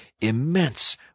immense